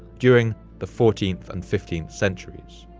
during the fourteenth and fifteenth centuries.